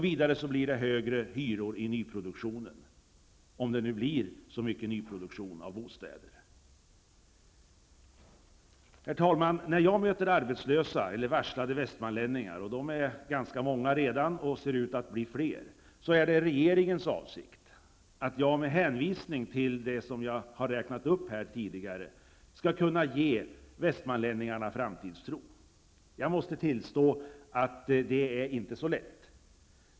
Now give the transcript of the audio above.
Vidare blir det högre hyror i nyproduktionen -- om det nu blir så mycket nyproduktion av bostäder. Herr talman! När jag möter arbetslösa eller varslade västmanlänningar -- och de är ganska många redan och ser ut att bli fler -- menar regeringen att jag med hänvisning till det som jag har räknat upp här tidigare skall kunna ge dem framtidstro. Jag måste tillstå att det inte är så lätt.